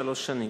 שלוש שנים.